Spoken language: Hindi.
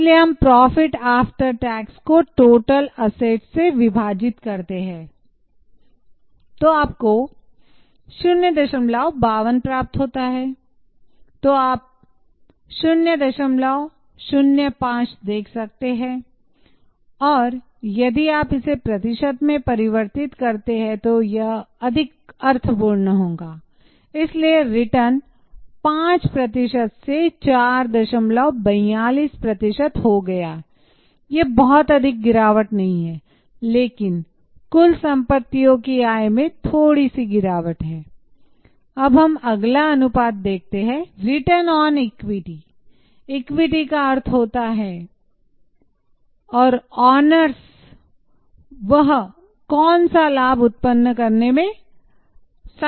इसलिए हम प्रॉफिट आफ्टर टैक्स वह कौन सा लाभ उत्पन्न करने में सक्षम है